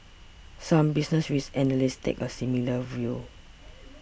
some business risk analysts take a similar view